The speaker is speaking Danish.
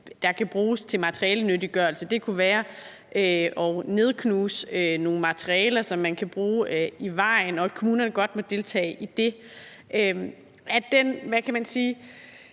der kan bruges til materialenyttiggørelse – det kunne være at knuse nogle materialer, som man kan bruge i vejen, og at kommunerne godt må deltage i det – er mejslet